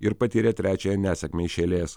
ir patyrė trečiąją nesėkmę iš eilės